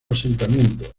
asentamiento